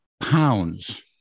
pounds